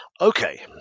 Okay